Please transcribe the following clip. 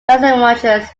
lysimachus